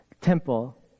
temple